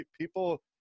people